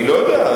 אני לא יודע.